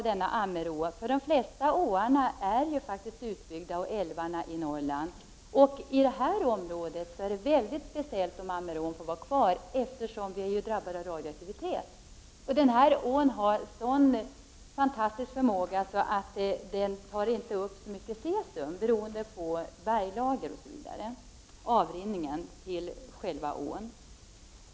De flesta åarna och älvarna i Norrland är utbyggda, och det är särskilt viktigt att Ammerån får vara kvar, eftersom området är drabbat av radioaktivitet och ån har den fantastiska förmågan att inte ta upp så mycket cesium, beroende på berglager och avrinning till ån.